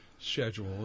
schedule